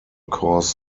cause